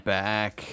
back